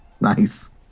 Nice